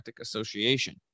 Association